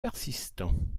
persistant